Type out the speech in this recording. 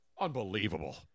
Unbelievable